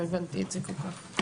לא הבנתי את זה כל כך.